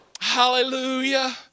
hallelujah